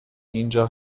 اینجا